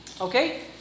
okay